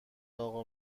اقا